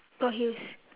got heels